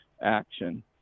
action